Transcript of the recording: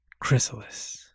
Chrysalis